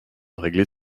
régler